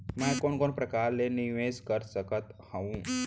मैं कोन कोन प्रकार ले निवेश कर सकत हओं?